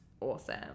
awesome